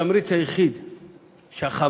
התמריץ היחיד שה"חמאס",